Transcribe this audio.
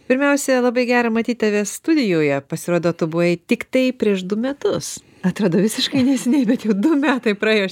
pirmiausia labai gera matyt tave studijoje pasirodo tu buvai tiktai prieš du metus atrodo visiškai neseniai bet judu metai praėjo